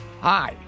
Hi